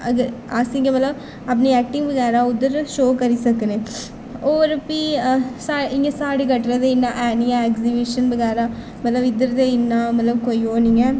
अगर अस इ'यां मतलब अपनी ऐक्टिंग बगैरा उद्धर शो करी सकनें होर भी सा इ'यां साढ़े कटरे ते इन्ना है निं है ऐग्जिबीशन बगैरा मतलब इद्धर दै इन्ना मतलब कोई ओह् नेईं ऐ